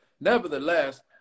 Nevertheless